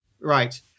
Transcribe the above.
Right